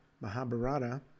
Mahabharata